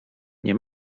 nie